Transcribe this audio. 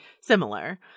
similar